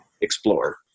explore